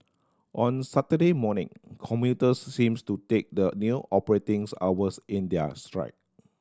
on Saturday morning commuters seems to take the new operating hours in their stride